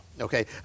okay